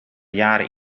jaren